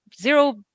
zero